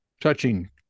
touching